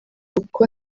uko